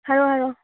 ꯍꯥꯏꯔꯛꯑꯣ ꯍꯥꯏꯔꯛꯑꯣ